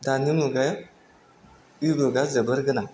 दानि मुगायाव इ बुखा जोबोर गोनां